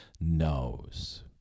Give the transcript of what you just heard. knows